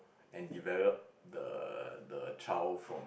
and develop the the child from